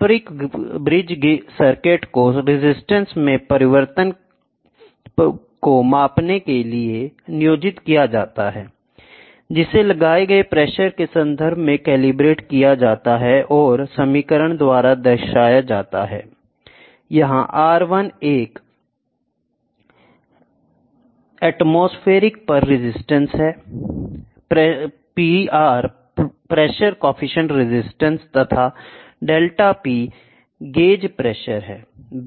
पारंपरिक bridge circuit को resistance में परिवर्तन को मापने के लिए नियोजित किया जाता है जिसे लगाए गए प्रेशर के संदर्भ में कैलिब्रेट किया जाता है और समीकरण द्वारा दिया जाता है यहां एक एटमॉस्फेरिक पर रेजिस्टेंस है प्रेशर केफीसिएंट रेजिस्टेंस तथा गेज प्रेशर है